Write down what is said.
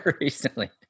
Recently